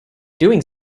doing